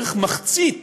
בערך מחצית